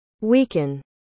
weaken